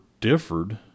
differed